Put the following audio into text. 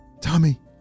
Tommy